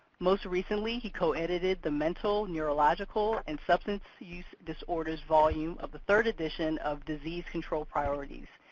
most recently, he co-edited the mental, neurological, and substance use disorders volume of the third edition of disease control priorities.